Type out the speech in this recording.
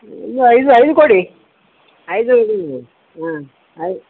ಐದು ಐದು ಕೊಡಿ ಐದಿದೆ ಹಾಂ